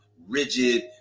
Rigid